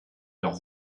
leurs